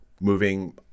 moving